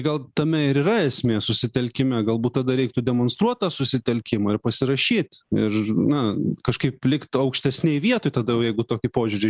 gal tame ir yra esmė susitelkime galbūt tada reiktų demonstruot tą susitelkimą ir pasirašyt ir na kažkaip likt aukštesnėj vietoj tada jau jeigu tokį požiūrį